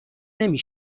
نمی